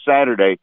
Saturday